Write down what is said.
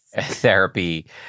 therapy